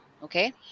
Okay